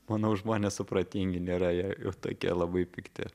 manau žmonės supratingi nėra jie jau tokie labai pikti